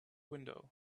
window